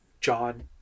john